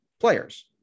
players